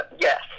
yes